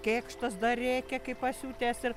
kėkštas dar rėkia kaip pasiutęs ir